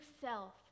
self